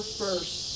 first